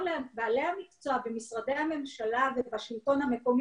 לבעלי המקצוע במשרדי הממשלה ובשלטון המקומי,